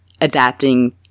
adapting